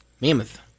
Mammoth